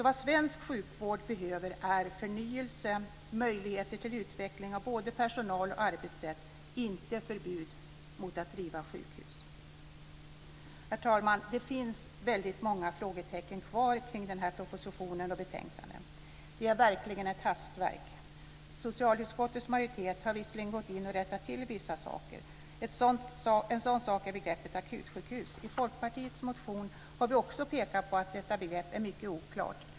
Vad svensk sjukvård behöver är förnyelse och möjligheter till utveckling av både personal och arbetssätt, inte förbud mot att driva sjukhus. Herr talman! Det finns väldigt många frågetecken kvar kring den här propositionen och det här betänkandet. Det är verkligen ett hastverk. Socialutskottets majoritet har visserligen gått in och rättat till vissa saker. En sådan sak är begreppet akutsjukhus. I Folkpartiets motion har vi också pekat på att detta begrepp är mycket oklart.